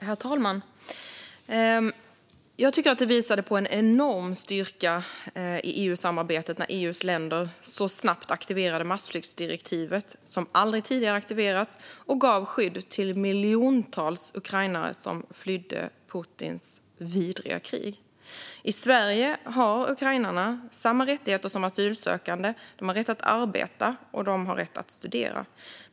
Herr talman! Jag tycker att det visade på en enorm styrka i EU-samarbetet när EU:s länder så snabbt aktiverade massflyktsdirektivet, som aldrig tidigare har aktiverats, och gav skydd till miljontals ukrainare som flydde Putins vidriga krig. I Sverige har ukrainarna samma rättigheter som asylsökande. De har rätt att arbeta, och de har rätt att studera.